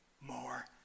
more